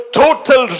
total